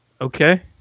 Okay